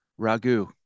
ragu